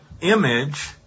image